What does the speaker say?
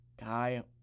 guy